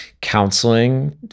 counseling